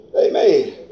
Amen